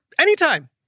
anytime